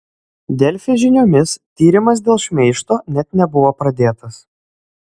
delfi žiniomis tyrimas dėl šmeižto net nebuvo pradėtas